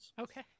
Okay